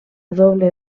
doble